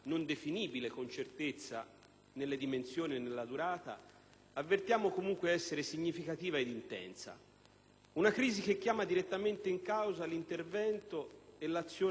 nelle dimensioni e nella durata, avvertiamo comunque essere significativa ed intensa. Una crisi che chiama direttamente in causa l'intervento e l'azione pubblica dei Governi nazionali,